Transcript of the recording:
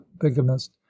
bigamist